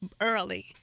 early